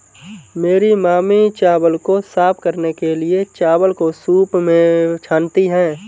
मेरी मामी चावल को साफ करने के लिए, चावल को सूंप में छानती हैं